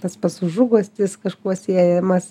tas pats užuguostis kažkuo siejamas